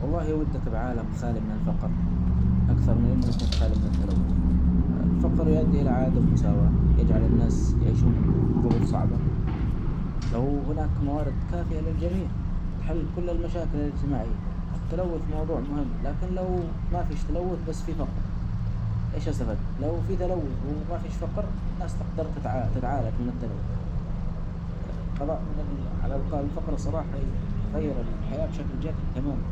والله ودك بعالم خالي من الفقر أكثر من أنه يكون خالي من التلوث. الفقر يؤدي إلي عدم مساواة ،يجعل الناس يعيشون في ظروف صعبة. لو هناك موارد كافية للجميع تحل كل المشاكل الجماعية. التلوث موضوع مهم لكن لو ما مفيش تلوث بس في فقر إيش أستفدنا .لكن لو في تلوث ومافيش فقر الناس تقدر تتعا-تتعالج من التلوث. القضاء من-علي الفقر صراحة ي-يغير الحياة بشكل جذري تماما.